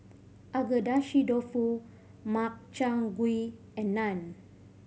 Agedashi Dofu Makchang Gui and Naan